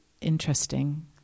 interesting